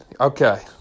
Okay